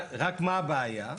רק מה הבעיה?